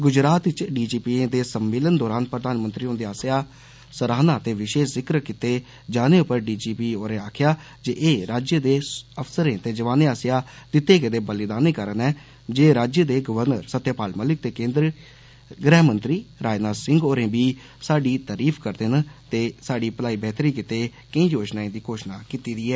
ग्जरात च D G पीएं दे सम्मेलन दौरान प्रधानमंत्री हन्दे आसेया सराहना ते विशेष जिक्र कीते जाने पर डी जी पी होरें आक्खेया जे ए राज्य दे अफसरें ते जवानें आस्सेया दिते गेदे बलिदानें कारण ऐ जे राज्य दे गवर्नर सत्यपाल मलिक ते केन्द्रीय गृहमंत्री राजनाथ सिंह होर बी साढ़ी तारिफ करदे न ते साढ़ी भलाई बेहतरी गितै केंई योजनाएं दी घोषणा कीती दी ऐ